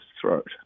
throat